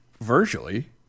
virtually